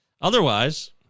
otherwise